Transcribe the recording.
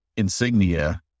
Insignia